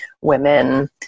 women